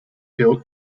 built